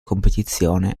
competizione